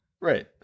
Right